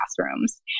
classrooms